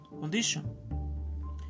condition